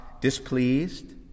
displeased